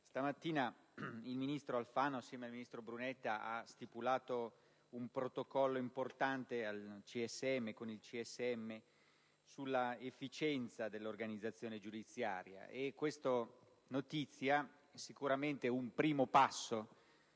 mattina il ministro Alfano, assieme al ministro Brunetta, ha stipulato un protocollo importante con il CSM sull'efficienza dell'organizzazione giudiziaria, e questa notizia sicuramente è un primo passo